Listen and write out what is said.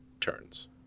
turns